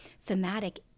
thematic